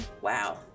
wow